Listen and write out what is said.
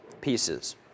pieces